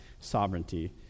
sovereignty